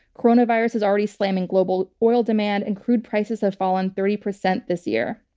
coronavirus is already slamming global oil demand and crude prices have fallen thirty percent this year.